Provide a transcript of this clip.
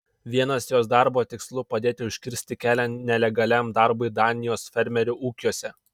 vienas jos darbo tikslų padėti užkirsti kelią nelegaliam darbui danijos fermerių ūkiuose